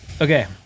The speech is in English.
Okay